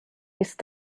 ist